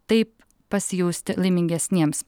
taip pasijausti laimingesniems